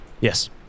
Yes